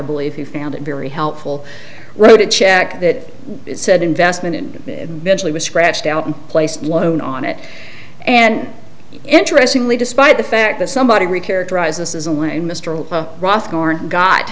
believe who found it very helpful wrote a check that said investment and mentally was scratched out and placed loan on it and interestingly despite the fact that somebody